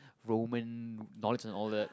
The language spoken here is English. Roman knowledge and all that